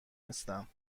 نیستم